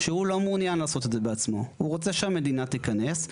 שהוא לא מעונין לעשות את זה בעצמו והוא רוצה שהמדינה תיכנס.